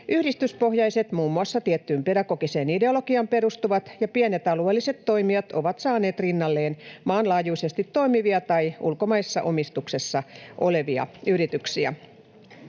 Yhdistyspohjaiset, muun muassa tiettyyn pedagogiseen ideologiaan perustuvat ja pienet alueelliset toimijat ovat saaneet rinnalleen maanlaajuisesti toimivia tai ulkomaisessa omistuksessa olevia yrityksiä.